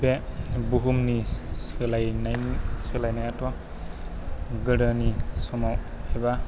बे बुहुमनि सोलायनाय सोलायनायाथ' गोदोनि समाव एबा